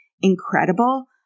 incredible